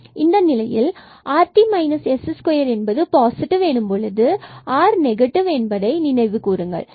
எனவே இந்த நிலையில் rt s2 என்பது பாசிடிவ் எனும் பொழுது r என்பது நெகட்டிவ் என்பதை நினைவு கூறுங்கள்